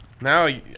Now